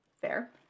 Fair